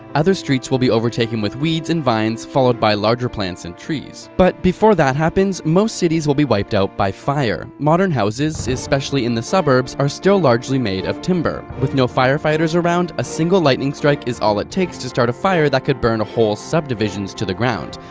other streets will be overtaken with weeds and vines, followed by larger plants and trees. but before that happens, most cities will be wiped out by fire. modern houses, especially in the suburbs, are still largely made of timber. with no firefighters around, a single lightning strike is all it takes to start a fire that could burn whole subdivisions to the ground.